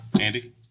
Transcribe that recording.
Andy